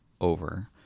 over